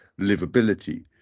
livability